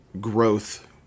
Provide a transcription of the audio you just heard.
growth